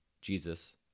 Jesus